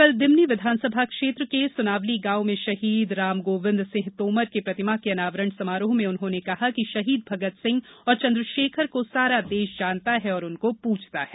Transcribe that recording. कल दिमनी विधानसभा क्षेत्र के सुनावली गांव में शहीद रामगोविन्द सिंह तोमर के प्रतिमा के अनावरण समारोह में उन्होंने कहा कि शहीद भगतसिंह और चन्द्रशेखर को सारा देश जानता है और उनको पूजता है